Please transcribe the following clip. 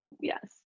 Yes